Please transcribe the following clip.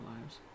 lives